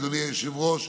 אדוני היושב-ראש,